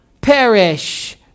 perish